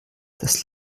das